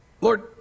Lord